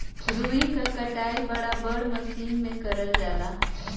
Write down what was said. रुई क कटाई बड़ा बड़ा मसीन में करल जाला